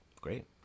great